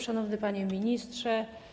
Szanowny Panie Ministrze!